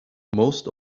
most